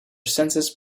census